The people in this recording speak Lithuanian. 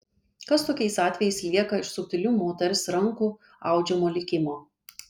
kas tokiais atvejais lieka iš subtilių moters rankų audžiamo likimo